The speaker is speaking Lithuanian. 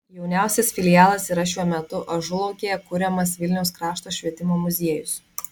jauniausias filialas yra šiuo metu ažulaukėje kuriamas vilniaus krašto švietimo muziejus